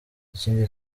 ikindi